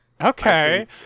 Okay